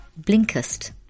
Blinkist